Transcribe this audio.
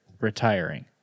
retiring